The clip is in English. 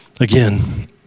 again